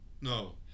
No